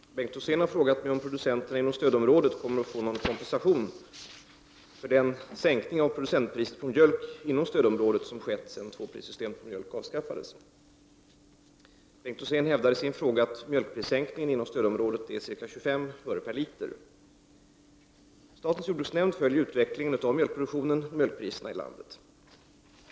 Herr talman! Bengt Rosén har frågat mig om producenterna inom stödområdet kommer att få någon kompensation för den sänkning av producentpriset på mjölk inom stödområdet som har skett sedan tvåprissystemet på mjölk avskaffades. Bengt Rosén hävdar i sin fråga att mjölkprissänkningen inom stödområdet är ca 25 öre/liter. Statens jordbruksnämnd följer utvecklingen av mjölkproduktionen och mjölkpriserna i landet.